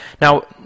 Now